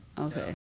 Okay